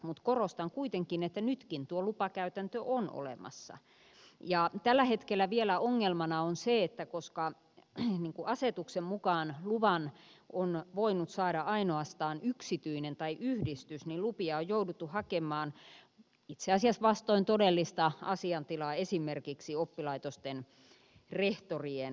mutta korostan kuitenkin että nytkin tuo lupakäytäntö on olemassa ja tällä hetkellä vielä ongelmana on se että koska asetuksen mukaan luvan on voinut saada ainoastaan yksityinen tai yhdistys lupia on jouduttu hakemaan itse asiassa vastoin todellista asiantilaa esimerkiksi oppilaitosten rehtorien nimiin